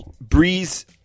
Breeze